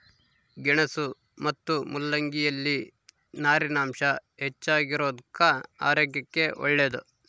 ಗೆಣಸು ಮತ್ತು ಮುಲ್ಲಂಗಿ ಯಲ್ಲಿ ನಾರಿನಾಂಶ ಹೆಚ್ಚಿಗಿರೋದುಕ್ಕ ಆರೋಗ್ಯಕ್ಕೆ ಒಳ್ಳೇದು